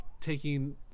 taking